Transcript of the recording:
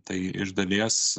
tai iš dalies